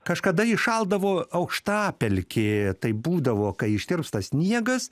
kažkada įšaldavo aukštapelkė taip būdavo kai ištirpsta sniegas